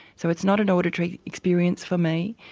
so it's not an auditory experience for me,